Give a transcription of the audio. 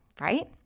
right